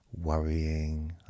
worrying